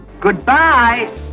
Goodbye